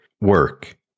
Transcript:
work